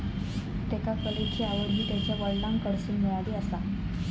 त्येका कलेची आवड हि त्यांच्या वडलांकडसून मिळाली आसा